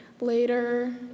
later